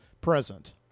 present